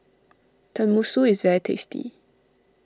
Tenmusu is very tasty